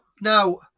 now